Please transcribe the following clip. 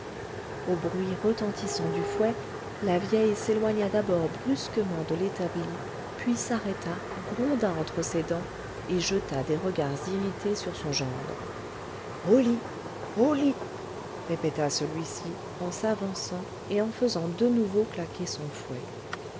au bruit retentissant du fouet la vieille s'éloigna d'abord brusquement de l'établi puis s'arrêta gronda entre ses dents et jeta des regards irrités sur son gendre au lit au lit répéta celui-ci en s'avançant et en faisant de nouveau claquer son fouet